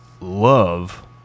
love